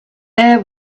air